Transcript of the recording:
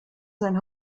sein